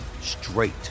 straight